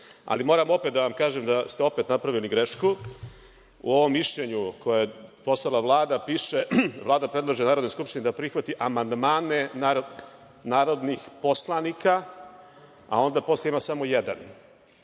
Ali, moram opet da vam kažem da ste napravili grešku. U ovom mišljenju koje je poslala Vlada piše – Vlada predlaže Narodnoj skupštini da prihvati amandmane narodnih poslanika, a onda posle ima samo jedan.